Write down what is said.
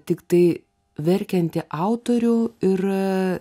tiktai verkiantį autorių ir